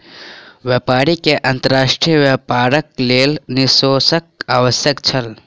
व्यापारी के अंतर्राष्ट्रीय व्यापारक लेल निवेशकक आवश्यकता छल